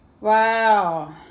Wow